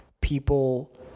people